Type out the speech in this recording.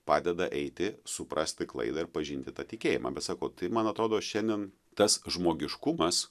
padeda eiti suprasti klaidą ir pažinti tą tikėjimą bet sako tai man atrodo šiandien tas žmogiškumas